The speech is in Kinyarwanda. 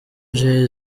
jay